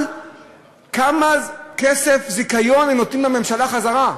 על כמה כסף זיכיון הן נותנות לממשלה בחזרה.